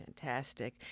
Fantastic